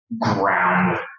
ground